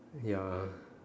ya